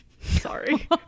sorry